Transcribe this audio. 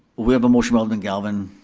we have a motion by alderman galvin,